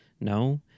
No